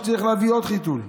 שצריך להביא עוד חיתול.